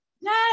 Yes